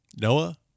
Noah